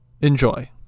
Enjoy